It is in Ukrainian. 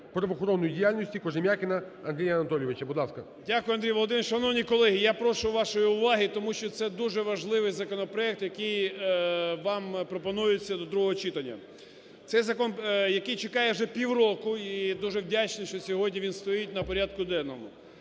Дякую, Андрій Володимирович. Шановні колеги, я прошу вашої уваги, тому що це дуже важливий законопроект, який вам пропонується до другого читання. Цей закон, який чекає вже півроку. І дуже вдячний, що сьогодні він стоїть на порядку денному,